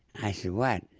i said, what?